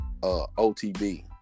OTB